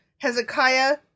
Hezekiah